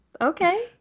okay